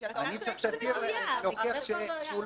כי הוא לא שילם